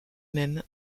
même